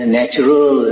natural